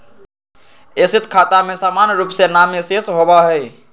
asset खाता में सामान्य रूप से नामे शेष होबय हइ